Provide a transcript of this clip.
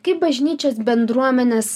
kaip bažnyčios bendruomenės